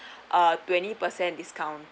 uh twenty percent discount